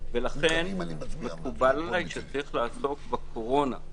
לכן, מקובל עליי שצריך לעסוק בקורונה.